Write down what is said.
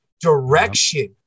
direction